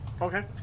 Okay